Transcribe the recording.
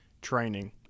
training